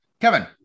Kevin